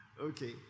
Okay